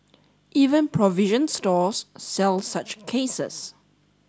even provision stores sell such cases